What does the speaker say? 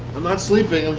i'm not sleeping.